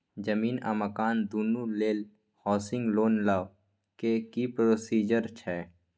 जमीन आ मकान दुनू लेल हॉउसिंग लोन लै के की प्रोसीजर छै?